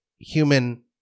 human